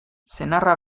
senarra